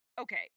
okay